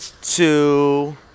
two